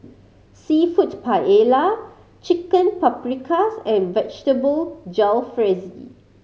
Seafood Paella Chicken Paprikas and Vegetable Jalfrezi